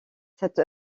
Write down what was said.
cette